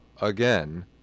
again